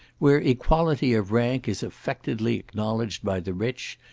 where equality of rank is affectedly acknowledged by the rich,